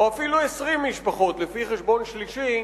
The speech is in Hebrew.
או אפילו 20 משפחות לפי חשבון שלישי,